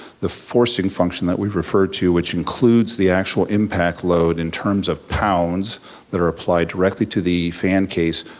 the forcing function that we refer to which includes the actual impact load in terms of pounds that are applied directly to the fan case,